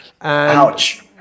ouch